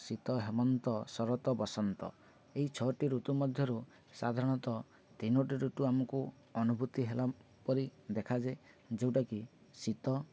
ଶୀତ ହେମନ୍ତ ଶରତ ବସନ୍ତ ଏଇ ଛଅଟି ଋତୁ ମଧ୍ୟରୁ ସାଧାରଣତଃ ତିନୋଟି ଋତୁ ଆମକୁ ଅନୁଭୂତି ହେଲା ପରି ଦେଖାଯାଏ ଯେଉଁଟାକି ଶୀତ